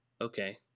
Okay